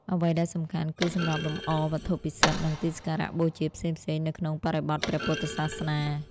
អ្វីដែលសំខាន់ គឺសម្រាប់លម្អវត្ថុពិសិដ្ឋ និងទីសក្ការៈបូជាផ្សេងៗ នៅក្នុងបរិបទព្រះពុទ្ធសាសនា។